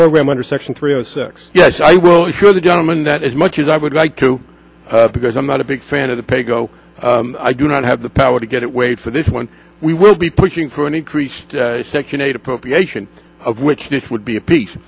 program under section three zero six yes i will assure the gentleman that as much as i would like to because i'm not a big fan of the paygo i do not have the power to get it wait for this one we will be pushing for an increased section eight appropriation of which this would be